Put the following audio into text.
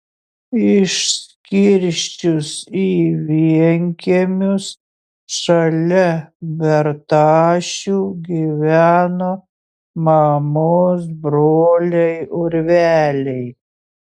išskirsčius į vienkiemius šalia bertašių gyveno mamos broliai urveliai